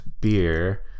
beer